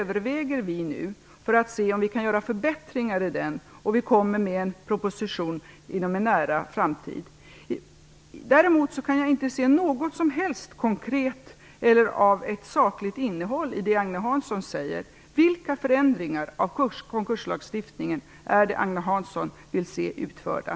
Vi vill se om vi kan göra förbättringar i den. Vi kommer med en proposition inom en nära framtid. Däremot kan jag inte finna något konkret eller sakligt innehåll i det som Agne Hansson säger. Vilka förändringar av konkurslagstiftningen vill Agne Hansson se utförda?